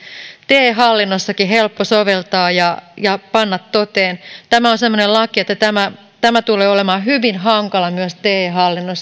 te hallinnossakin helppo soveltaa ja ja panna toteen tämä on semmoinen laki että tämä tulee olemaan hyvin hankala myös te hallinnossa